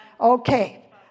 Okay